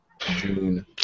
June